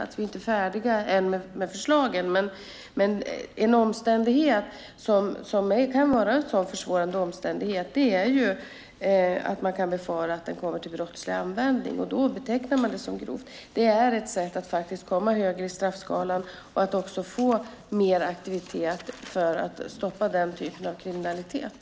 Vi är inte färdiga med förslagen än, men något som kan vara en försvårande omständighet är att man kan befara att vapen kommer till brottslig användning - då betecknar man brottet som grovt. Det är ett sätt att komma högre i straffskalan och också få mer aktivitet för att stoppa den typen av kriminalitet.